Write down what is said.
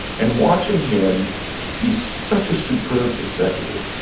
and watching him be such a superb executive.